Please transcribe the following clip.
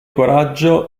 coraggio